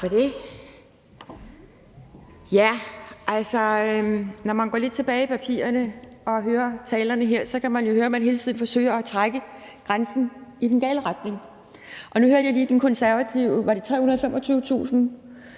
det. Altså, når man går lidt tilbage i papirerne og hører talerne her, kan man jo høre, at man hele tiden forsøger at trække grænsen i den gale retning. Nu hørte jeg lige den konservative ordfører